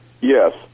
Yes